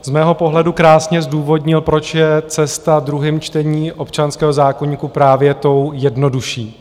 Z mého pohledu krásně zdůvodnil, proč je cesta druhým čtením občanského zákoníku právě tou jednodušší.